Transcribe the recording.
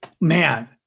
Man